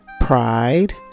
pride